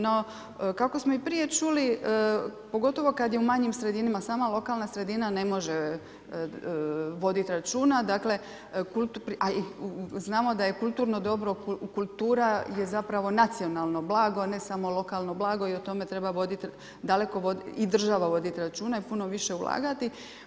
No, kako smo i prije čuli, pogotovo kada je u manjim sredinama sama lokalna sredina ne može voditi računa, dakle znamo da je kulturno dobro, kultura je zapravo nacionalno blago, a ne samo lokalno blago i o tome treba i država voditi računa i puno više ulagati.